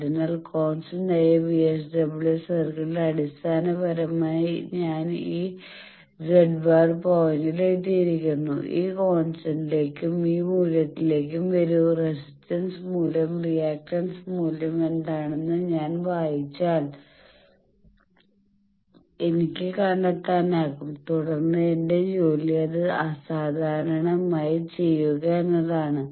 അതിനാൽ കോൺസ്റ്റന്റായ VSWR സർക്കിളിൽ അടിസ്ഥാനപരമായി ഞാൻ ഈ z̄ പോയിന്റിൽ എത്തിയിരിക്കുന്നു ഈ പോയിന്റിലേക്കും ഈ മൂല്യത്തിലേക്കും വരൂ റെസിസ്റ്റൻസ് മൂല്യവും റിയാക്റ്റൻസ് മൂല്യങ്ങളും എന്താണെന്ന് ഞാൻ വായിച്ചാൽ എനിക്ക് കണ്ടെത്താനാകും തുടർന്ന് എന്റെ ജോലി അത് അസാധാരണമായി ചെയ്യുക എന്നതാണ്